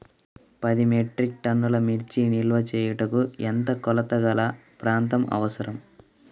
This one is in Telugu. పది మెట్రిక్ టన్నుల మిర్చి నిల్వ చేయుటకు ఎంత కోలతగల ప్రాంతం అవసరం?